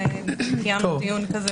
נדבר.